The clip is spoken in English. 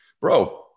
bro